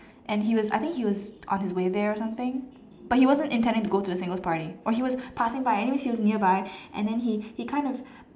and he was I think he was on his way there or something but he wasn't intending to go to the singles party or he was passing by anyways he was nearby and then he he kind of